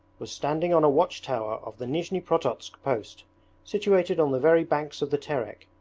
was standing on a watch-tower of the nizhni-prototsk post situated on the very banks of the terek.